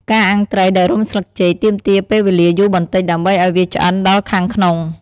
ការអាំងត្រីដោយរុំស្លឹកចេក ទាមទារពេលវេលាយូរបន្តិចដើម្បីឲ្យវាឆ្អិនដល់ខាងក្នុង។